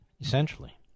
essentially